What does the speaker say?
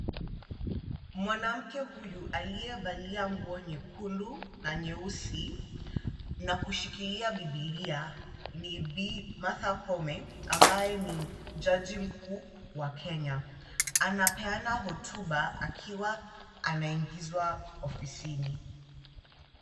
Mwanamke huyu aliyevalia nguo nyekundu na nyeusi na kushikilia bibilia ni Bi. Martha Koome ambaye ni jaji mkuu wa Kenya. Anapeana hotuba akiwa anaingizwa ofisini.